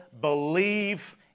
believe